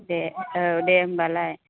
दे औ दे होनब्लालाय